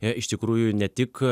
iš tikrųjų ne tik